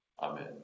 Amen